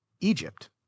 Egypt